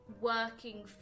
working